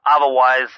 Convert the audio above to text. Otherwise